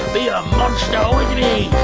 be a monster with me.